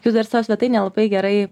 jūs dar savo svetainėj labai gerai